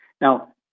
now